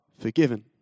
forgiven